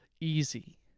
easy